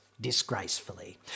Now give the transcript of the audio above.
disgracefully